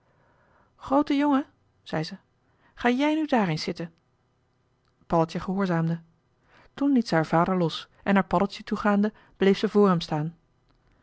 groote jongen zei ze ga jij nu daar eens zitten paddeltje gehoorzaamde toen liet ze haar vader los en naar paddeltje toegaande bleef zij voor hem staan